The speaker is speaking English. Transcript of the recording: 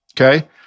Okay